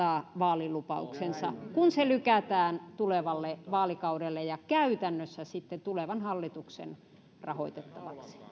vaalilupauksensa kun se lykätään tulevalle vaalikaudelle ja käytännössä sitten tulevan hallituksen rahoitettavaksi